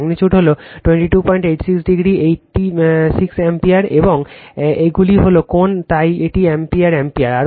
magnitude হল 2286o 8 6 ampere এবং এইগুলি হল কোণ তাই এটি অ্যাম্পিয়ার অ্যাম্পিয়ার